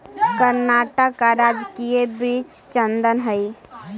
कर्नाटक का राजकीय वृक्ष चंदन हई